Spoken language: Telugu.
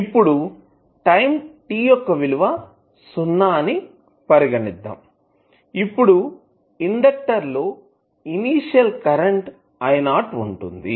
ఇప్పుడు టైం t యొక్క విలువ సున్నా అని పరిగణిద్దాం అప్పుడు ఇండెక్టర్ లో ఇనీషియల్ కరెంటు IO ఉంటుంది